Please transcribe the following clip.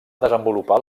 desenvolupar